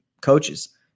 coaches